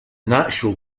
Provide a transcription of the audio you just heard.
natural